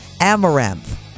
Amaranth